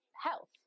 health